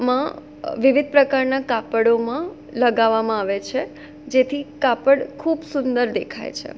માં વિવિધ પ્રકારના કાપડોમાં લગાવામાં આવે છે જેથી કાપડ ખૂબ સુંદર દેખાય છે